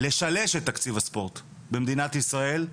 לשלש את תקציב הספורט במדינת ישראל.